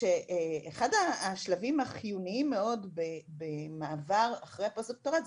כשאחד השלבים החיוניים מאוד במעבר אחר הדוקטורט,